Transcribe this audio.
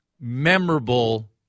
memorable